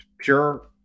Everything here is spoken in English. pure